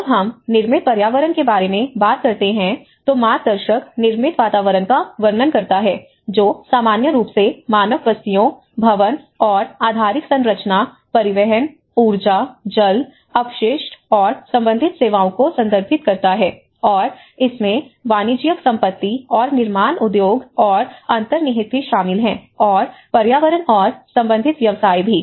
जब हम निर्मित पर्यावरण के बारे में बात करते हैं तो मार्गदर्शक निर्मित वातावरण का वर्णन करता है जो सामान्य रूप से मानव बस्तियों भवन और आधारिक संरचना परिवहन ऊर्जा जल अपशिष्ट और संबंधित सेवाओं को संदर्भित करता है और इसमें वाणिज्यिक संपत्ति और निर्माण उद्योग और अंतर्निहित भी शामिल हैं और पर्यावरण और संबंधित व्यवसाय भी